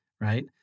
right